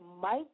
Mike